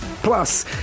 Plus